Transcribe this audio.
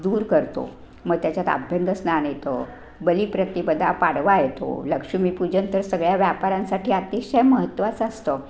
दूर करतो म त्याच्यात आभ्यंगस्नान येतं बलिप्रतिपदा पाडवा येतो लक्ष्मीपूजन तर सगळ्या व्यापारांसाठी अतिशय महत्त्वाचं असतं